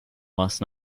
last